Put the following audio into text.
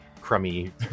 crummy